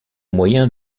moyen